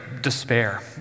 despair